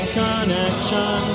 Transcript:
connection